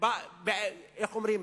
איך אומרים,